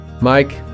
Mike